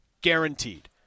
guaranteed